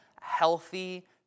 healthy